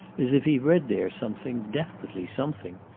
as if he read there something, definitely something,